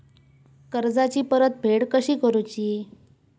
कर्जाची परतफेड कशी करूची?